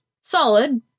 solid